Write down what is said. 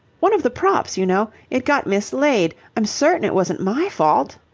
one of the props, you know. it got mislaid. i'm certain it wasn't my fault.